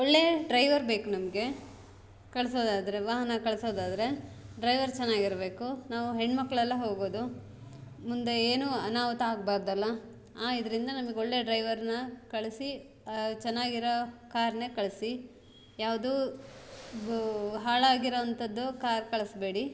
ಒಳ್ಳೇ ಡ್ರೈವರ್ ಬೇಕು ನಮಗೆ ಕಳಿಸೋದಾದ್ರೆ ವಾಹನ ಕಳಿಸೋದಾದ್ರೆ ಡ್ರೈವರ್ ಚೆನ್ನಾಗಿರ್ಬೇಕು ನಾವು ಹೆಣ್ಣುಮಕ್ಳೆಲ್ಲ ಹೋಗೋದು ಮುಂದೆ ಏನು ಅನಾಹುತ ಆಗಬಾರ್ದಲ್ಲ ಆ ಇದರಿಂದ ನಮಗ್ ಒಳ್ಳೆಯ ಡ್ರೈವರ್ನ ಕಳಿಸಿ ಚೆನ್ನಾಗಿರೋ ಕಾರ್ನೆ ಕಳಿಸಿ ಯಾವುದು ಗೂ ಹಾಳಾಗಿರೋ ಅಂಥದ್ದು ಕಾರ್ ಕಳಿಸ್ಬೇಡಿ